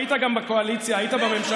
היית גם בקואליציה, היית בממשלה.